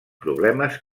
problemes